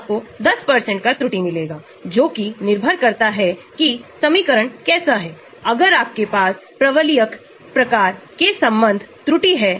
अब R समूह पर निर्भर करता है और स्थिति ऑर्थो मेटा पैरा के आधार पर आपके पास विभिन्न dissociation constant हो सकते हैं